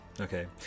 Okay